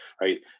right